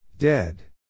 Dead